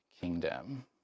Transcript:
kingdom